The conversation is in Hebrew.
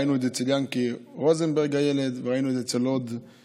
ראינו את זה אצל ינקי רוזנברג הילד וראינו את זה עוד רבות.